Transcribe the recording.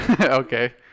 Okay